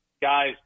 guys